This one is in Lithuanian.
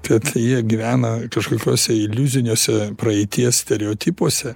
bet jie gyvena kažkokiose iliuziniuose praeities stereotipuose